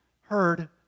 heard